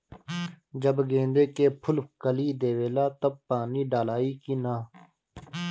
जब गेंदे के फुल कली देवेला तब पानी डालाई कि न?